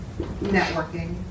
Networking